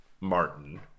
Martin